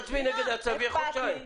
תצביעי נגד ההצעה ויהיה חודשיים.